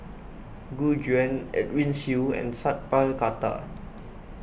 Gu Juan Edwin Siew and Sat Pal Khattar